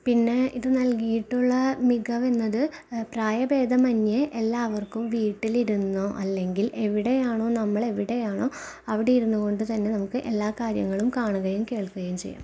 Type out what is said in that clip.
പിന്നെ ഇത് നല്കിയിട്ടുള്ള മികവെന്നത് പ്രായഭേദമന്യെ എല്ലാവര്ക്കും വീട്ടിലിരുന്നോ അല്ലെങ്കില് എവിടെയാണോ നമ്മളെവിടെയാണോ അവിടെ ഇരുന്നുകൊണ്ട് തന്നെ നമുക്ക് എല്ലാ കാര്യങ്ങളും കാണുകയും കേള്ക്കുകയും ചെയ്യാം